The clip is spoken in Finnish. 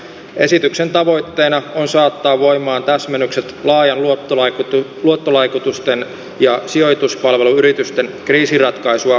esityksen tavoitteena on saattaa voimaan täsmennykset laajaan luottolaitosten ja sijoituspalveluyritysten kriisinratkaisua koskevaan sääntelyyn